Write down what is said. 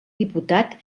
diputat